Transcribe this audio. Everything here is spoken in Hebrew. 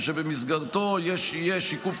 ושבמסגרתו יהיה שיקוף,